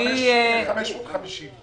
מתוך 550 עובדים.